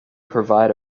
provide